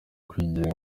kwigenga